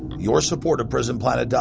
your support of prisonplanet.